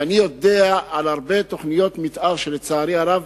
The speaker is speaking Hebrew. ואני יודע על הרבה תוכניות מיתאר שלצערי הרב